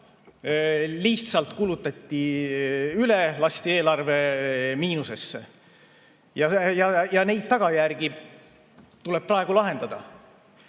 lihtsalt kulutati üle, lasti eelarve miinusesse, ja neid tagajärgi tuleb praegu lahendada.